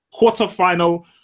Quarterfinal